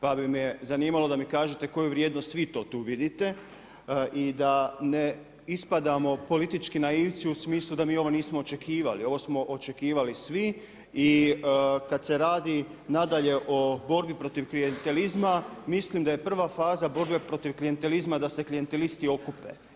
Pa bi me zanimalo da mi kažete koju vrijednost svi tu to vidite i da ne ispadamo politički naivci u smislu da mi ovo nismo očekivali, ovo smo očekivali svi i kad se radi nadalje, o borbi protiv klijentizma, mislim da je prva faza borbe protiv klijentizma da se klijentilisti okupe.